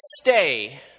stay